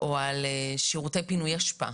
או על שירותי פינוי אשפה,